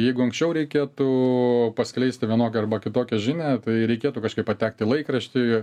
jeigu anksčiau reikėtų paskleisti vienokią arba kitokią žinią tai reikėtų kažkaip patekt į laikraštį